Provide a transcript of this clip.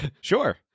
sure